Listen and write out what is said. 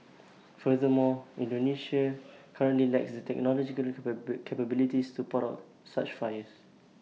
furthermore Indonesia currently lacks the technological capabilities to put out such fires